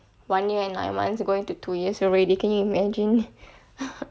one year and nine months going to two years already can you imagine